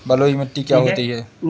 बलुइ मिट्टी क्या होती हैं?